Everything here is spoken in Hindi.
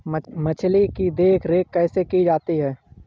मछली की देखरेख कैसे की जाती है?